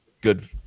good